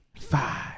five